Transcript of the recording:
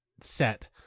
set